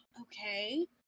okay